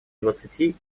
двадцати